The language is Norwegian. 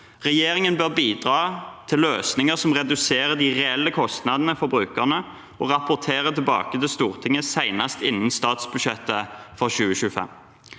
Regjeringen bør bidra til løsninger som reduserer de reelle kostnadene for brukerne, og rapportere tilbake til Stortinget senest innen statsbudsjettet for 2025.